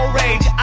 rage